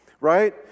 right